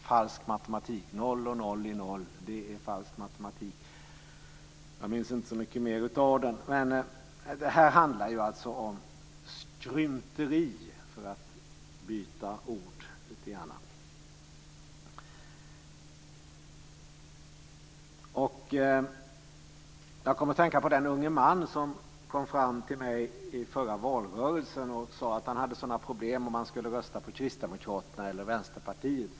"- falsk matematik - Noll och noll är noll - dé é falsk matematik." Jag minns inte så mycket mer. Det här handlar om skrymteri. Jag kommer att tänka på den unge man som kom fram till mig i den förra valrörelsen och sade att han hade sådana problem om han skulle rösta på Kristdemokraterna eller Vänsterpartiet.